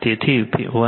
તેથી 115